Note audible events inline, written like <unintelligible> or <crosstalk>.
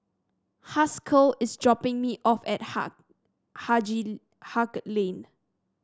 Haskell is dropping me off at Ha <unintelligible> Haig Lane